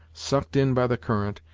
sucked in by the current,